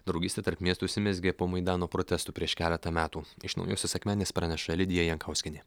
draugystė tarp miestų užsimezgė po maidano protestų prieš keletą metų iš naujosios akmenės praneša lidija jankauskienė